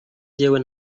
jyewe